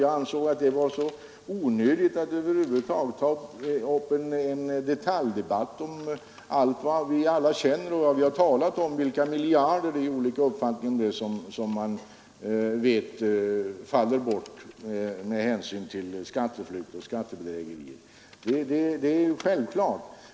Jag ansåg att det var onödigt att över huvud taget ta upp en detaljdebatt om allt det som vi alla känner till och har talat om tidigare, nämligen att det är miljarder som faller bort genom skatteflykt och skattebedrägerier. Det är en självklarhet.